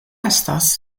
estas